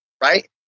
right